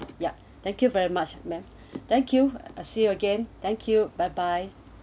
thank you very much madam thank you see again thank you bye bye